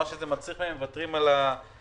מה שזה מצריך מהם הם מוותרים על הטיפול.